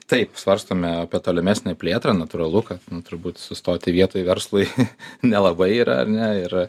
taip svarstome apie tolimesnę plėtrą natūralu kad turbūt sustoti vietoj verslui nelabai yra ar ne ir